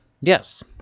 Yes